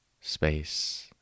space